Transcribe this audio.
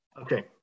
okay